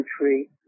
country